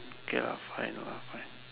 okay lah fine lah fine